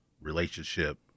relationship